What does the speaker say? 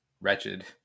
wretched